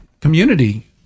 community